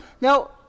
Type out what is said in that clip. Now